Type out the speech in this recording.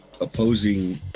opposing